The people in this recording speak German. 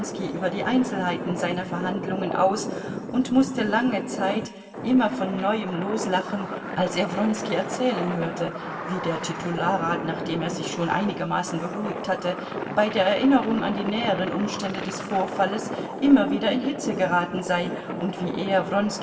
über die einzelheiten seiner verhandlungen aus und mußte lange zeit immer von neuem loslachen als er wronski erzählen hörte wie der titularrat nachdem er sich schon einigermaßen beruhigt hatte bei der erinnerung an die näheren umstände des vorfalles immer wieder in hitze geraten sei und wie er